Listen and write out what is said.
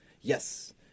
Yes